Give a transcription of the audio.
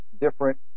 different